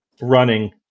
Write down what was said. running